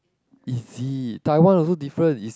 is it Taiwan also different is